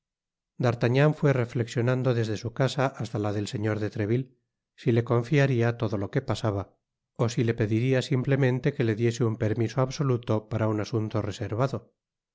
fué reflexionando desde su casa hasta la del señor de treville si le confiaría todo lo que pasaba ó si le pediría simplemente que le diese un permiso absoluto para un asunto reservado